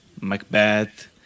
Macbeth